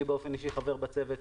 באופן אישי אני חבר בצוות.